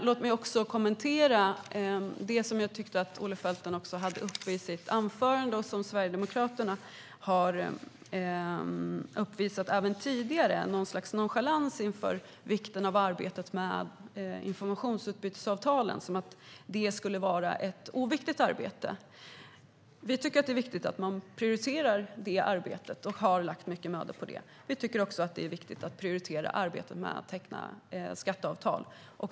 I Olle Feltens anförande, liksom även tidigare i Sverigedemokraternas debattinlägg, uppvisades en nonchalans inför arbetet med informationsutbytesavtalen, som om det skulle vara ett oviktigt arbete. Vi tycker att det är viktigt att man prioriterar det arbetet och har lagt mycket möda på det. Vi tycker också att det är viktigt att prioritera arbetet med att teckna skatteavtal.